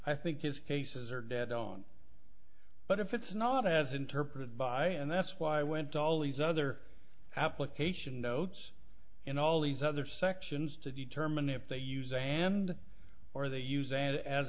i think it's cases are dead on but if it's not as interpreted by and that's why i went to all these other application notes in all these other sections to determine if they use and or they use